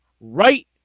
right